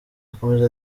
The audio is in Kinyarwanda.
akomeza